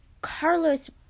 Carlos